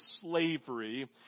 slavery